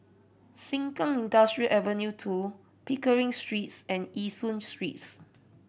Sengkang Industrial Ave Two Pickering Streets and Yishun Streets